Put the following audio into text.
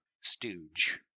stooge